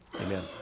Amen